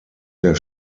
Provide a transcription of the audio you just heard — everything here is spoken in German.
der